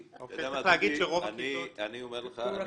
אני אומר,